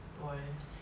why eh